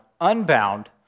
unbound